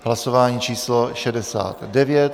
Hlasování číslo 69.